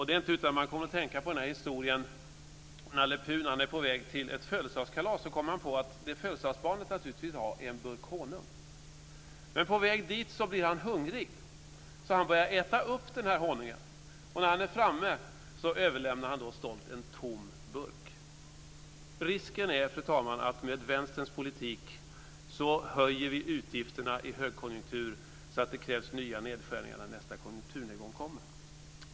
Det är inte utan att man kommer att tänka på historien om Nalle Puh på väg till ett födelsedagskalas. Då kom han på att vad födelsedagsbarnet naturligtvis vill ha är en burk honung. Men på vägen dit blir han hungrig och börjar äta upp honungen. När han är framme överlämnar han stolt en tom burk. Risken, fru talman, är att med Vänsterns politik höjer vi utgifterna i högkonjunktur så att det krävs nya nedskärningar när nästa konjunkturnedgång kommer.